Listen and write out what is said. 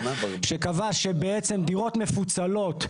שקבע שבעצם דירות מפוצלות,